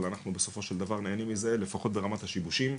אבל אנחנו בסופו של דבר נהנים מזה לפחות ברמת השיבושים.